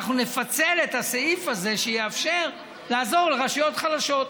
אנחנו נפצל את הסעיף הזה שיאפשר לעזור לרשויות חלשות.